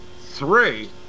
three